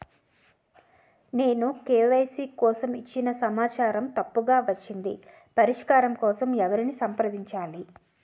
నేను కే.వై.సీ కోసం ఇచ్చిన సమాచారం తప్పుగా వచ్చింది పరిష్కారం కోసం ఎవరిని సంప్రదించాలి?